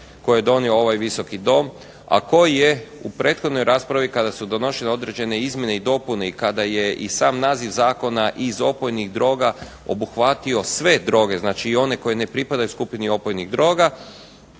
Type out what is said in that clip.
koji je donio ovaj Visoki dom, a koji je u prethodnoj raspravi kada su donošene određene izmjene i dopune i kada je i sam naziv zakona iz opojnih droga obuhvatio sve droge. Znači i one koje ne pripadaju skupini opojnih droga,